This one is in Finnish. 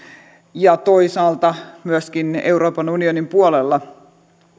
toisaalta myöskin euroopan unionin puolella